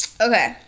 Okay